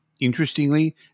interestingly